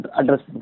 address